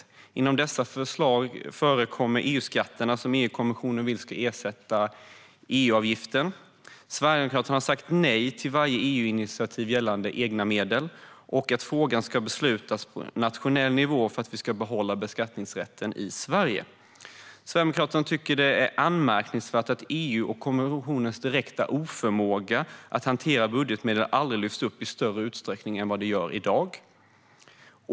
Bland dessa förslag förekommer de EU-skatter som EU-kommissionen vill ska ersätta EU-avgiften. Sverigedemokraterna har sagt nej till varje EU-initiativ gällande egna medel. Vi tycker att frågan ska beslutas på nationell nivå för att vi ska behålla beskattningsrätten i Sverige. Sverigedemokraterna tycker att det är anmärkningsvärt att EU:s och kommissionens direkta oförmåga att hantera budgetmedel aldrig har lyfts upp i större uträckning än vad som görs i dag.